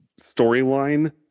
storyline